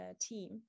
team